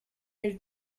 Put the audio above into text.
elle